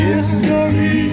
History